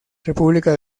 república